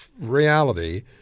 reality